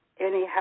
anyhow